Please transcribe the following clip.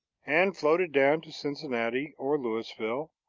and floated down to cincinnati or louisville,